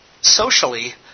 socially